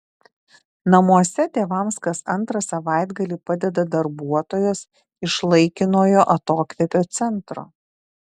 namuose tėvams kas antrą savaitgalį padeda darbuotojos iš laikinojo atokvėpio centro